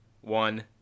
one